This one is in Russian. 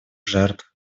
жертв